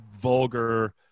vulgar